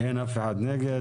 אין אף אחד נגד,